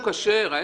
הוא